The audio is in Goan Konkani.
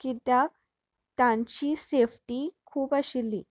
कित्याक तांची सेफ्टी खूब आशिल्ली